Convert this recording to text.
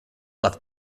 left